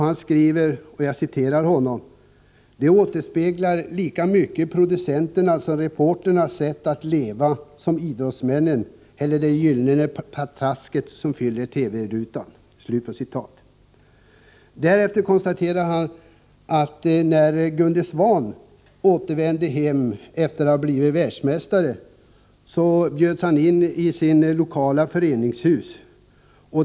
Han skriver: ”Det återspeglar lika mycket producenternas och reportrarnas sätt att leva som idrottsmännens eller det ”gyllene patraskets” som fyller TV-rutan.” Därefter konstaterar han, att när Gunde Svan återvände hem efter att ha blivit världsmästare, bjöds han in i sitt lokala föreningshus.